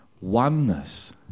Oneness